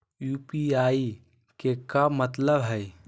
UPI के का मतलब हई?